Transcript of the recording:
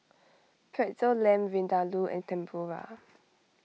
Pretzel Lamb Vindaloo and Tempura